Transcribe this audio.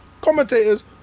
commentators